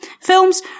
Films